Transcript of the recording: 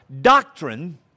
doctrine